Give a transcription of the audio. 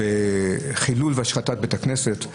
בחילול ובהשחתת בתי כנסת,